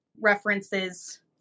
references